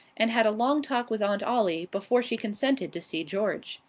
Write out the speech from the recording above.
and had a long talk with aunt ollie, before she consented to see george.